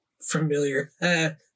Familiar